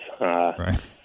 Right